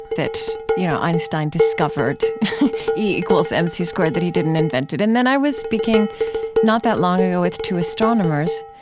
that, you know, einstein discovered e equal m c two that he didn't invent it. and then i was speaking not that long ago with two astronomers,